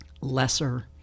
lesser